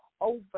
over